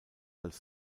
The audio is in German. als